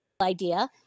idea